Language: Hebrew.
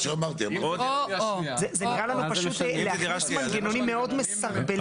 זה נראה לנו פשוט להכניס מנגנונים מאוד מסרבלים.